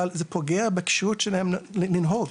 אבל זה פוגע בכשירות שלהם לנהוג,